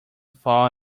fall